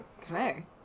Okay